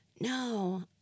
no